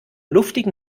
luftigen